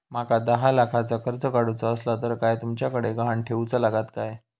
माका दहा लाखाचा कर्ज काढूचा असला तर काय तुमच्याकडे ग्हाण ठेवूचा लागात काय?